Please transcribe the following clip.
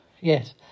yes